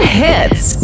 hits